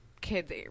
kids –